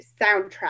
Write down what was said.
soundtrack